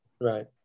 Right